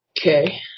Okay